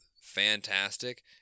Fantastic